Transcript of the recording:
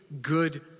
good